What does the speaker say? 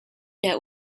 net